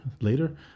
later